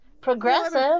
Progressive